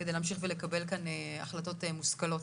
כדי להמשיך לקבל כאן החלטות מושכלות.